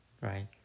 Right